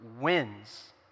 wins